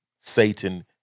Satan